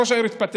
ראש העיר יתפטר.